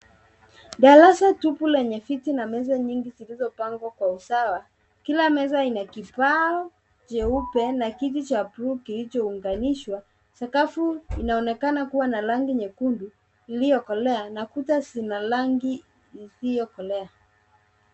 Darasa tupu lenye viti na meza nyingi zilizopangwa kwa usawa, kila meza ina kibao jeupe na kiti cha buluu kilichounganishwa, sakafu inaonekana kuwa na rangi nyekundu iliyokolea na kuta zina rangi isiyokolea.